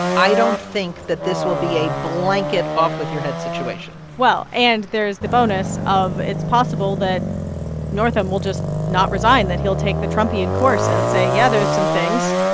i don't think that this will be a blanket off-with-your-head situation well, and there's the bonus of it's possible that northam will just not resign, that he'll take the trumpian course and say, yeah, there's some things.